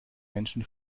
menschen